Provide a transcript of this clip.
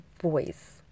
voice